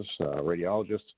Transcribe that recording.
radiologists